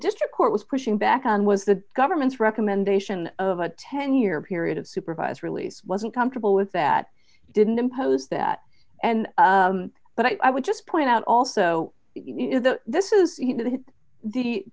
district court was pushing back on was the government's recommendation of a ten year period of supervised release was uncomfortable with that didn't impose that and but i would just point out also this is